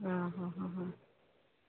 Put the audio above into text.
ആഹാ ഹ ഹ ഹ